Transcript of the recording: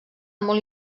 molt